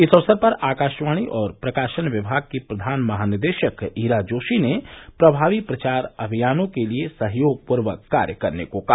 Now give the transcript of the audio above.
इस अवसर पर आकाशवाणी और प्रकाशन विभाग की प्रधान महानिदेशक ईरा जोशी ने प्रमावी प्रचार अभियानों के लिए सहयोगपूर्वक कार्य करने को कहा